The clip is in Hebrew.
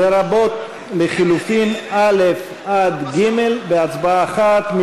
לרבות לחלופין א' עד ג', בהצבעה אחת.